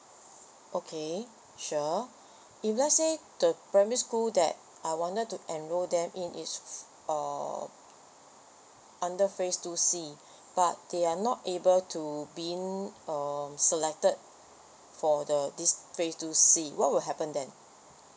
okay sure if let's say the primary school that I wanted to enroll them in is uh under phrase two C but they are not able to been um selected for the this phrase two C what will happen then